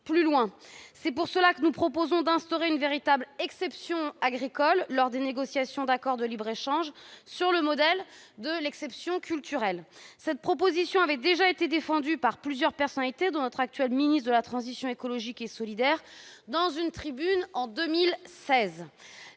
C'est pour cela que nous proposons d'instaurer une véritable exception agricole lors des négociations d'accords de libre-échange sur le modèle de l'exception culturelle. Cette proposition avait déjà été défendue par plusieurs personnalités, dont notre actuel ministre de la transition écologique et solidaire dans une tribune en 2016.